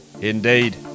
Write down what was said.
Indeed